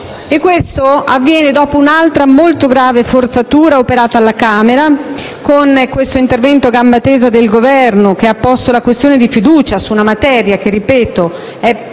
Questo avviene dopo un'altra forzatura molto grave, operata alla Camera con un intervento a gamba tesa del Governo che ha posto la questione di fiducia su una materia, che - ripeto - è per sua